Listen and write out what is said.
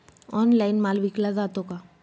Online माल विकला जातो का?